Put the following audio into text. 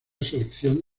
selección